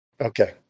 Okay